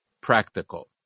practical